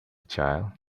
child